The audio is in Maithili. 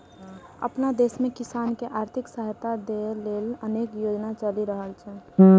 अपना देश मे किसान कें आर्थिक सहायता दै लेल अनेक योजना चलि रहल छै